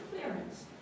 clearance